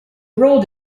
road